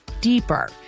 deeper